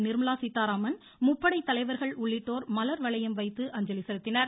நிர்மலா சீத்தாராமன் முப்படை தலைவர்கள் உள்ளிட்டோர் மலர் வளையம் வைத்து அஞ்சலி செலுத்தினார்